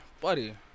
buddy